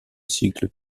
cycle